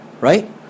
right